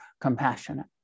compassionate